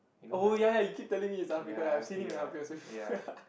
oh ya ya he keep telling me the stuff because ya I've seen him in our previous place